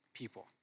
people